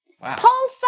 Paul